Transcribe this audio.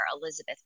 Elizabeth